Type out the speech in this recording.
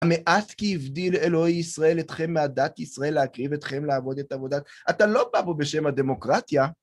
מאז כהבדיל אלוהי ישראל אתכם מהדת ישראל, להקריב אתכם לעבוד את עבודת... אתה לא בא פה בשם הדמוקרטיה.